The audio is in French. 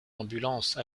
ambulance